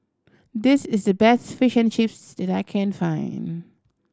this is the best Fish and Chips that I can find